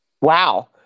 Wow